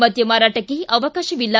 ಮದ್ದ ಮಾರಾಟಕ್ಕೆ ಅವಕಾಶವಿಲ್ಲ